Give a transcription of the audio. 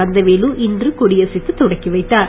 கந்தவேலு இன்று கொடியசைத்துத் தொடக்கிவைத்தார்